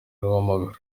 w’amaguru